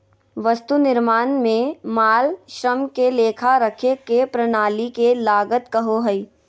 वस्तु निर्माण में माल, श्रम के लेखा रखे के प्रणाली के लागत कहो हइ